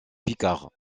picard